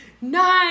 nine